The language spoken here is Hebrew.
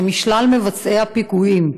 שמשלל מבצעי הפיגועים,